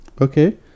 Okay